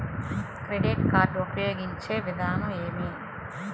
Credit card ఉపయోగించే విధానం ఏమి?